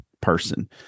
person